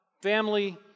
family